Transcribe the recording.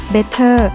Better